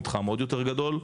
מתחם עוד יותר גדול.